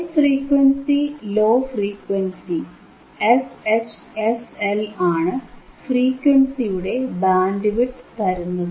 high frequency low frequency high frequency - low frequency fH fL ആണ് ഫ്രീക്വൻസിയുടെ bandwidth തരുന്നത്